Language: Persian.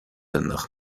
انداخت